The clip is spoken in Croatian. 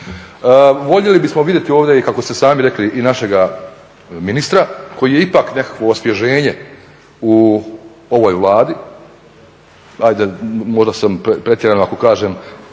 ovdje i kako ste sami rekli i našega ministra koji je ipak nekakvo osvježenje u ovom Vladi, ajde možda sam pretjeran ako kažem